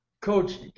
Coach